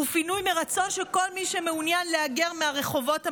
ופינוי מרצון של כל מי שמעוניין להגר מהרחובות המדממים,